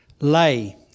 lay